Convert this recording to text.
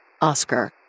Oscar